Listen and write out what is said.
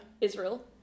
Israel